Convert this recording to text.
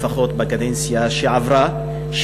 לפחות בקדנציה שעברה,